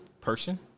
person